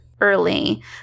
early